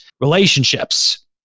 relationships